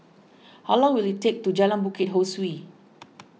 how long will it take to Jalan Bukit Ho Swee